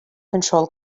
control